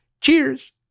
Cheers